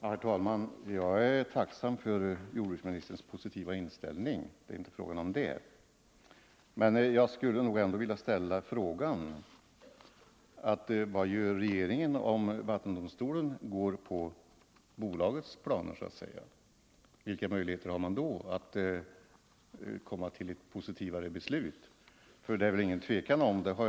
Herr talman! Jag är tacksam för jordbruksministerns positiva inställning; jag har naturligtvis inte ifrågasatt någonting annat. Men jag skulle ändå vilja ställa frågan: Vad gör regeringen, om vattendomstolen tillmötesgår bolagets planer? Vilka möjligheter finns det då att komma fram till ett mera positivt beslut?